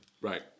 Right